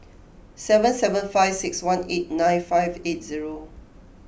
seven seven five six one eight nine five eight zero